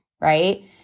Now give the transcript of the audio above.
right